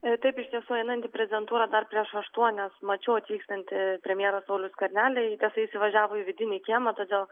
taip iš tiesų einant į prezidentūrą dar prieš aštuonias mačiau atvykstantį premjerą saulių skvernelį jis įvažiavo į vidinį kiemą todėl